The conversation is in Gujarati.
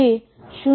જે શુન્ય થાય છે